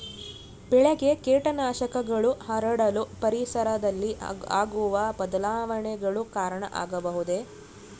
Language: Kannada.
ಬೆಳೆಗೆ ಕೇಟನಾಶಕಗಳು ಹರಡಲು ಪರಿಸರದಲ್ಲಿ ಆಗುವ ಬದಲಾವಣೆಗಳು ಕಾರಣ ಆಗಬಹುದೇ?